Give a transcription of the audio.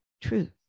truth